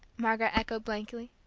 margaret echoed blankly.